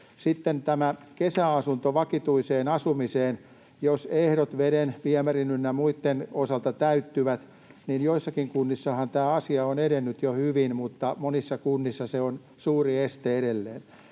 Sitten tämä kesäasunto vakituiseen asumiseen: jos ehdot veden, viemärin ynnä muitten osalta täyttyvät, niin joissakin kunnissahan tämä asia on edennyt jo hyvin, mutta monissa kunnissa se on suuri este edelleen.